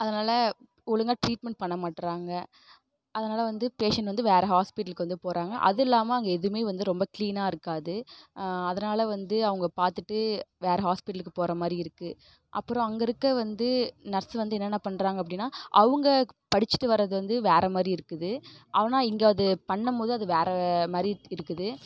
அதனால் ஒழுங்கா டிரீட்மெண்ட் பண்ண மாட்றாங்க அதனால் வந்து பேஷண்ட் வந்து வேறு ஹாஸ்பிட்டலுக்கு வந்து போறாங்க அதுல்லாமல் அங்கே எதுவுமே வந்து ரொம்ப க்ளீனாக இருக்காது அதனால வந்து அவங்க பார்த்துட்டு வேறு ஹாஸ்பிட்டலுக்கு போகிற மாதிரி இருக்குது அப்புறோம் அங்கேருக்க வந்து நர்ஸு வந்து என்னென்ன பண்ணுறாங்க அப்படினா அவங்க படிச்சுட்டு வரது வந்து வேறு மாதிரி இருக்குது ஆனால் இங்கே அது பண்ண போது அது வேறு மாதிரி இருக்குது